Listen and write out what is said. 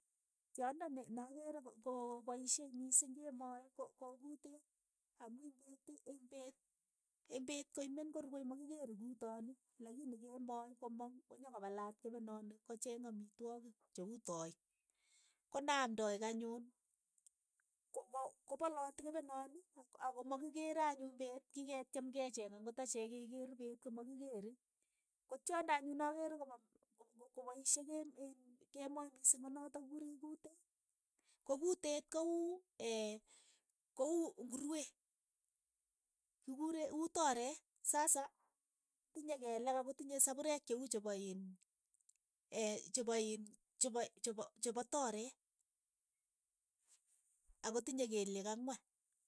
Tyondo ne nakeere ko- ko kopaishei miising kemoi ko- ko kuteet, amu ing' peet eng' peet eng' peet ko imen ko rue makikeere kutooni, lakini kemoi komang, konyokopalat kepenonik kocheeng amitwogik che uu toiik, ko naam toiik anyun ko- ko kopalati kepenoonik ak- akomakikeere anyun peet kiketyem kecheeng ang'ot acheek kekeer peet komakikeere, ko tyondo anyun ne akeere kopa m ko- ko- kopaishe kem in kemoi miising ko notok kikuree kuteet, ko kuteet ko uu ko uu ngurue, kikure u toreet, sasa tinyei kelek ako tinyei sapurek che u chepo iin chepo iin chepo chepo chepo toreet. ako tinye kelyek ang'wan.